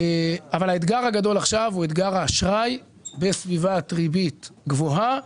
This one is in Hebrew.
האתגר הגדול עכשיו הוא אתגר האשראי בסביבת ריבית גבוהה,